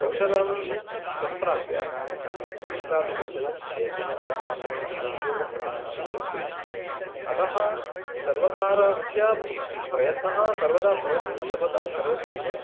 कौशलं संप्राप्य सः यत्र कुत्रापि गच्छति चेत् तत्रापि सः उद्योगं प्राप्तुं शक्नोति अतः सर्वकारस्य प् प्रयत्नः सर्वदा भवति सर्वदा करोत्येव